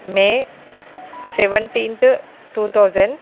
May seventeenth two thousand